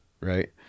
right